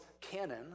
canon